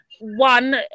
one